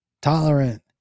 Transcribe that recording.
tolerant